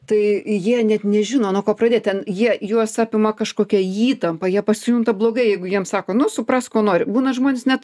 tai jie net nežino nuo ko pradėt ten jie juos apima kažkokia įtampa jie pasijunta blogai jeigu jiem sako nu suprask ko nori būna žmonės net